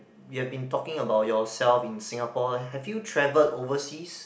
you have been talking about yourself in Singapore have you travelled overseas